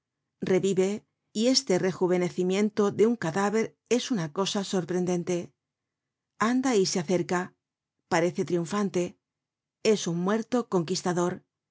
revive y este rejuvenecimiento de un cadáver es una cosa sorprendente anda y se acerca parece triunfante es un muerto conquistador